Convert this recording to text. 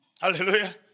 Hallelujah